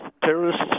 terrorists